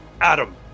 Adam